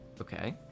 Okay